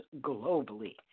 globally